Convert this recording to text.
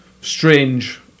strange